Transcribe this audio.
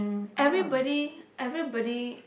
everybody everybody